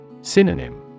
Synonym